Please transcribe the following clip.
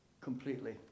completely